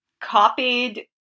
copied